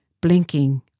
Blinking